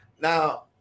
now